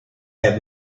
have